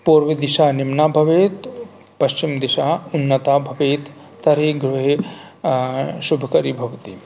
पूर्वदिशा निम्ना भवेत् पश्चिमदिशा उन्नता भवेत् तर्हि गृहे शुभकरी भवति